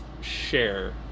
share